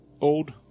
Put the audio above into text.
Old